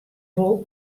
wol